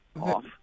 off